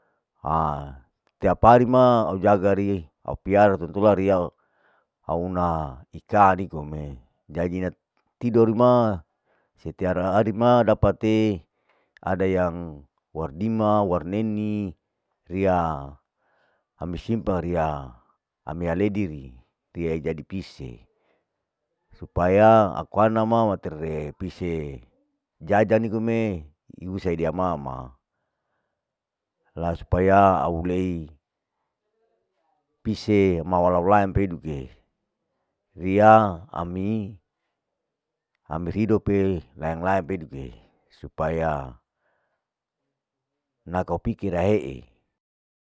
A tiap hari ma au jaga ri au piara toto riya, au una piara ikanu nikome, jadi natidor ni ma setiap hari ma dapate, ada yang wardima, warneni, riya, ami simpang riya, ami aleidi ri tiai jadi pise, supaya aku ana ma matire pise, jaga nigome ihusai riya mama, la spaya au ley, pise malalau laeng peduke, riya ami, ami hidope laeng laeng peduke, supaya nakau pikir he'i.'